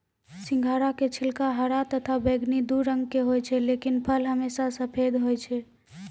सिंघाड़ा के छिलका हरा तथा बैगनी दू रंग के होय छै लेकिन फल हमेशा सफेद होय छै